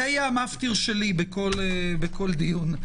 זה יהיה המפטיר שלי בכל דיון.